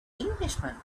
englishman